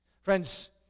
Friends